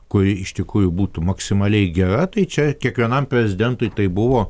kuri iš tikrųjų būtų maksimaliai gera tai čia kiekvienam prezidentui tai buvo